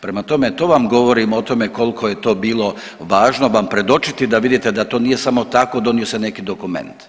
Prema tome, to vam govorim o tome koliko je to bilo važno vam predočiti da vidite da to nije samo tako donio se neki dokument.